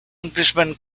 englishman